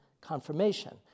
confirmation